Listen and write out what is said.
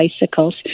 bicycles